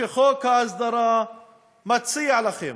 שחוק ההסדרה מציע לכם,